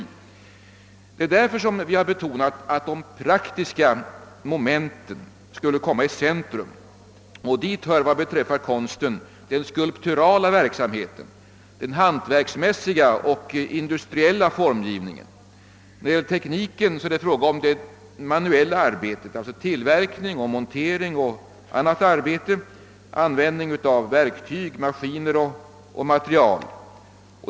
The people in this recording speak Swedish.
Mot bakgrund av dessa beskrivningar har vi betonat att de praktiska momenten borde komma i centrum. Till det Praktiska hör vad beträffar konsten den skulpturala verksamheten, den hantverksmässiga och industriella formgivningen. Inom tekniken är det fråga om det manuella arbetet, d.v.s. tillverkning, montering och annat arbete, användande av verktyg, maskiner och material.